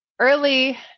Early